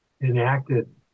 enacted